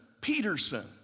Peterson